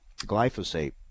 glyphosate